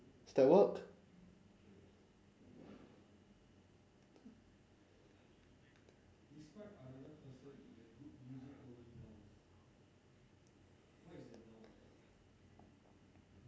does that work